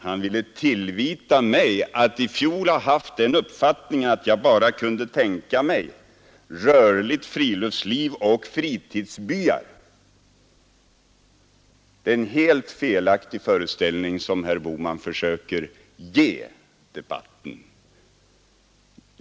Han ville tillvita mig att i fjol bara ha kunnat tänka mig rörligt friluftsliv och fritidsbyar. Det är en helt felaktig föreställning som herr Bohman försöker inge kammaren.